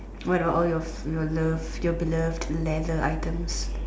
what about all your loved your beloved leather items